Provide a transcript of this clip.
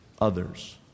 others